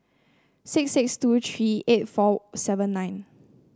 six six two three eight four seven nine